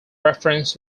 reference